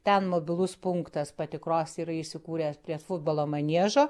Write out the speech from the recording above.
ten mobilus punktas patikros yra įsikūręs prie futbolo maniežo